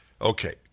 Okay